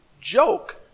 joke